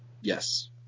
Yes